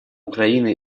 украины